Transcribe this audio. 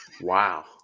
Wow